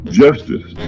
justice